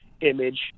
image